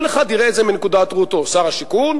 כל אחד יראה את זה מנקודת ראותו: שר השיכון,